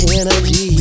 energy